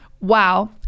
Wow